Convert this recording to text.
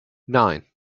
nine